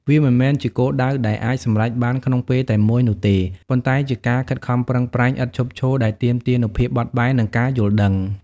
វាមិនមែនជាគោលដៅដែលអាចសម្រេចបានក្នុងពេលតែមួយនោះទេ ប៉ុន្តែជាការខិតខំប្រឹងប្រែងឥតឈប់ឈរដែលទាមទារនូវភាពបត់បែន និងការយល់ដឹង។